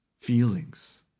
feelings